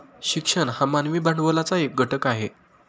शिक्षण हा मानवी भांडवलाचा एक घटक आहे